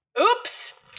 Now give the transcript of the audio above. Oops